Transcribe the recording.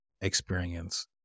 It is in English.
experience